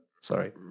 Sorry